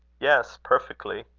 yes, perfectly.